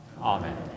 Amen